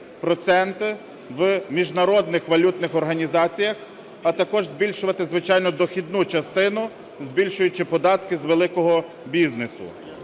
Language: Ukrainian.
проценти в міжнародних валютних організаціях, а також збільшувати, звичайно, дохідну частину, збільшуючи податки з великого бізнесу.